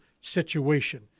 situation